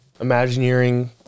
imagineering